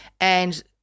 and-